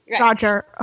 Roger